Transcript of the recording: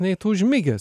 nei tu užmigęs